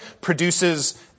produces